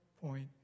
point